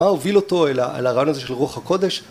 מה הוביל אותו אל הרעיון הזה של רוח הקודש?